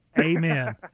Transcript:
Amen